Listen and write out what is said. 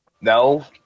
no